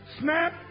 Snap